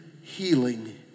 healing